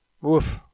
Woof